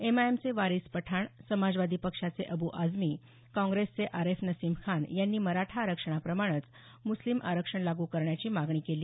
एमआयएमचे वारीस पठाण समाजवादी पक्षाचे अब् आझमी काँग्रेसचे आरेफ नसीम खान यांनी मराठा आरक्षणाप्रमाणे मुस्लीम आरक्षण लागू करण्याची मागणी केली